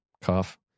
cough